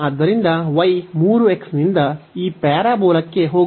ಆದ್ದರಿಂದ y 3x ನಿಂದ ಈ ಪ್ಯಾರಾಬೋಲಾಕ್ಕೆ ಹೋಗುತ್ತದೆ